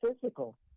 physical